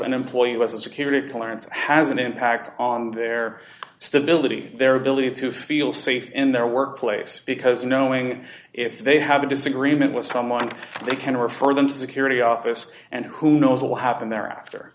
an employee who was a security clearance has an impact on their stability their ability to feel safe in their workplace because knowing if they have a disagreement with someone they can refer them to security office and who knows what happened thereafter